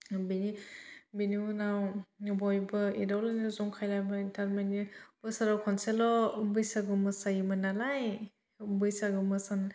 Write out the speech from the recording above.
बेनि बेनि उनाव बयबो एदावलायनाय जंखायलायबाय थारमानि बोसोराव खनसेल' बैसागु मोसायोमोन नालाय बैसागु मोसानो